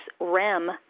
REM